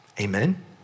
amen